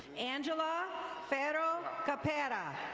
angela ferro capera.